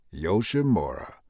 Yoshimura